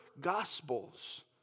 Gospels